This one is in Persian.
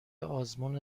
آزمون